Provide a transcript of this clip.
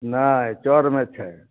नहि चऽरमे छै